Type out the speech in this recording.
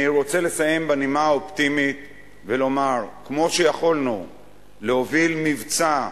אני רוצה לסיים בנימה האופטימית ולומר: כמו שיכולנו להוביל מבצע מרשים,